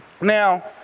Now